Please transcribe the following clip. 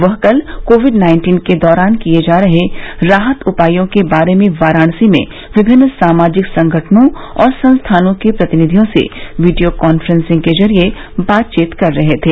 वह कल covid nineteen के दौरान किये जा रहे राहत उपायों के बारे में वाराणसी में विभिन्न सामाजिक संगठनों और संस्थानों के प्रतिनिधियों से वीडियो कांफ्रेंसिंग के जरिये बातचीत कर रहे थे